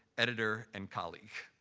editor, and colleague.